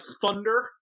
Thunder